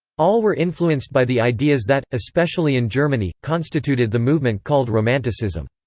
all were influenced by the ideas that, especially in germany, constituted the movement called romanticism.